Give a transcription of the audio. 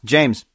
James